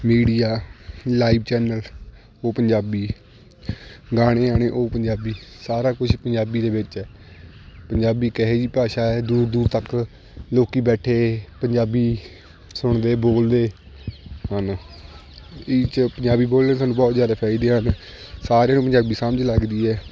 media live channel ਉਹ ਪੰਜਾਬੀ ਗਾਣੇ ਆਣੇ ਉਹ ਪੰਜਾਬੀ ਸਾਰਾ ਕੁਛ ਪੰਜਾਬੀ ਦੇ ਵਿੱਚ ਹੈ ਪੰਜਾਬੀ ਇੱਕ ਇਹੋ ਜਿਹੀ ਭਾਸ਼ਾ ਹੈ ਦੂਰ ਦੂਰ ਤੱਕ ਲੋਕੀ ਬੈਠੇ ਪੰਜਾਬੀ ਸੁਣਦੇ ਬੋਲਦੇ ਹਨ ਇਹਚ ਪੰਜਾਬੀ ਬੋਲਣ ਦੇ ਸਾਨੂੰ ਬਹੁਤ ਜ਼ਿਆਦਾ ਫਾਇਦੇ ਹਨ ਸਾਰਿਆਂ ਨੂੰ ਪੰਜਾਬੀ ਸਮਝ ਲੱਗਦੀ ਹੈ